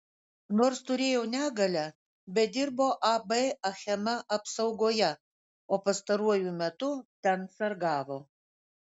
nors turėjo negalią bet dirbo ab achema apsaugoje o pastaruoju metu ten sargavo